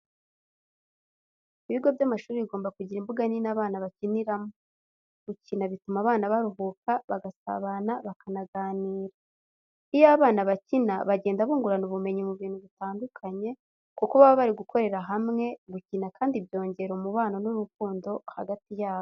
Ibigo by'amashuri bigomba kugira imbuga nini abana bakiniramo. Gukina bituma abana baruhuka, bagasabana, bakanaganira. Iyo abana bakina bagenda bungurana ubumenyi mu bintu bitandukanye kuko baba bari gukorera hamwe, gukina kandi byongera umubano n'urukundo hagati y'abo.